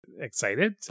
Excited